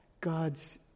God's